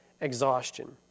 exhaustion